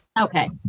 okay